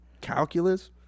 Calculus